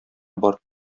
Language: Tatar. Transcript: бар